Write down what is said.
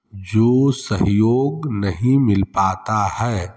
जो सहयोग नहीं मिल पाता है